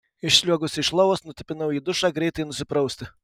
išsliuogusi iš lovos nutipenau į dušą greitai nusiprausti